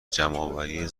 جمعآوری